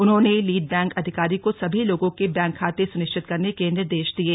उन्होंने lead bank अधिकारी को सभी लोगों के बैंक खाते सुनिश्चित करने के निर्देश दिये